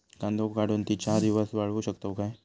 कांदो काढुन ती चार दिवस वाळऊ शकतव काय?